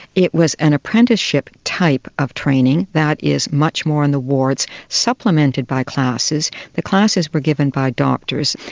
it was an apprenticeship type of training that is much more in the wards, supplemented by classes. the classes were given by doctors.